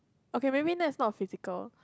okay maybe that's not physical